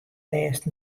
lêst